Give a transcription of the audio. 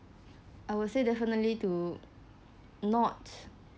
I would say definitely to not